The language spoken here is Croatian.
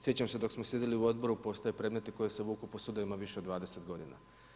Sjećam se dok smo sjedili u odboru, postoje predmeti koji se vuku po sudovima više od 20 godina.